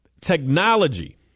Technology